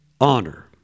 honor